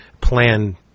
plan